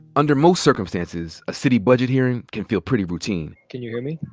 under most circumstances a city budget hearing can feel pretty routine. can you hear me?